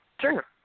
Sure